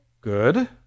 Good